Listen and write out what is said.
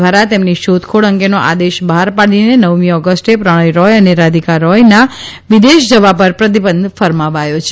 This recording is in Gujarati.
દ્વારા તેમની શોધખોળ અંગેનો આદેશ બહાર પાડીને નવમી ઓગષ્ટે પ્રણય રોય અને રાધિકા રોયના વિદેશ જવા પર પ્રતિબંધ ફરમાવ્યો છે